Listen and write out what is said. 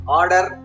order